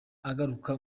agaruka